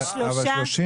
אתם